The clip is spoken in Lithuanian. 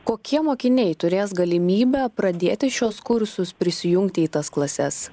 kokie mokiniai turės galimybę pradėti šiuos kursus prisijungti į tas klases